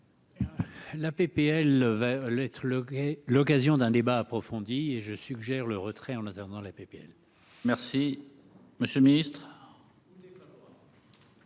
La PPL devait l'être le l'occasion d'un débat approfondi et je suggère le retrait en hauteur dans la PPL. Merci, monsieur le Ministre.